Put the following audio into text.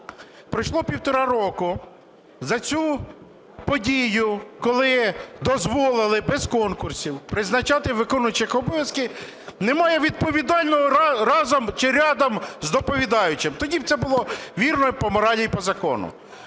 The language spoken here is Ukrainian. Пройшло півтора року, за цю подію, коли дозволили без конкурсів призначати виконуючих обов'язки, немає відповідального разом чи рядом з доповідаючим, тоді б це було вірно по моралі і по закону.